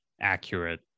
accurate